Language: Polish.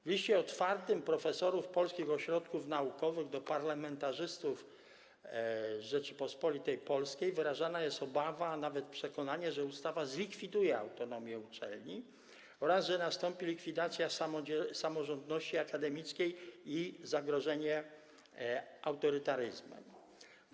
W liście otwartym profesorów polskich ośrodków naukowych do parlamentarzystów Rzeczypospolitej Polskiej wyrażana jest obawa, a nawet przekonanie, że ustawa zlikwiduje autonomię uczelni oraz że nastąpi likwidacja samorządności akademickiej i zagrożenie autorytaryzmem.